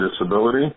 disability